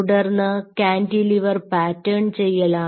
തുടർന്ന് cantilever pattern ചെയ്യലാണ്